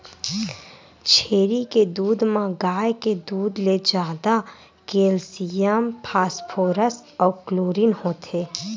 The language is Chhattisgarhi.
छेरी के दूद म गाय के दूद ले जादा केल्सियम, फास्फोरस अउ क्लोरीन होथे